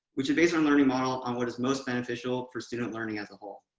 which are based on learning model on what is most beneficial for student learning as a whole.